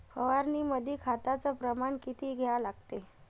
फवारनीमंदी खताचं प्रमान किती घ्या लागते?